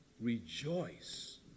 Rejoice